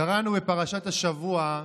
קראנו בפרשת השבוע: